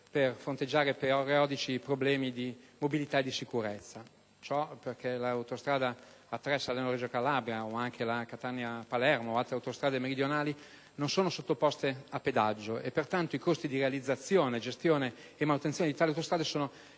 per fronteggiare periodici problemi di mobilità e sicurezza. Ciò perché l'autostrada A3 Salerno-Reggio Calabria, la Catania-Palermo ed altre autostrade meridionali non sono sottoposte a pedaggio e pertanto i costi di realizzazione, gestione e manutenzione di tali autostrade sono interamente